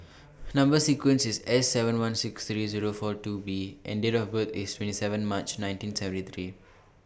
Number sequence IS S seven one six Zero three four two B and Date of birth IS twenty seven March nineteen seventy three